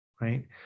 right